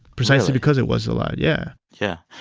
precisely because it was a lot, yeah yeah.